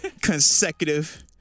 consecutive